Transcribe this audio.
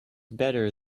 better